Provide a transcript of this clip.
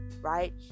right